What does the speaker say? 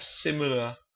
similar